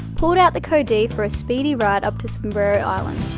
pulled out the code d for a speedy ride up to sombrero island.